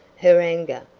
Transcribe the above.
her anger,